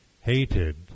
hated